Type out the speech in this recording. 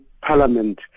Parliament